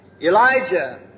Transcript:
Elijah